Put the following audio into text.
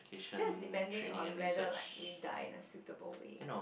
that's depending on whether like we die in a suitable way